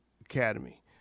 Academy